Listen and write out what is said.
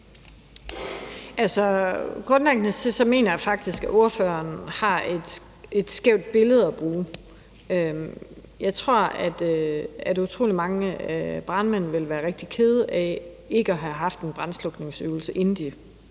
Grundlæggende mener jeg faktisk, at ordføreren har et skævt billede af det. Jeg tror, at utrolig mange brandmænd ville være rigtig kede af ikke at have haft en brandslukningsøvelse, inden de